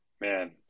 man